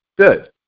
good